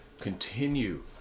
continue